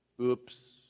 oops